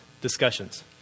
discussions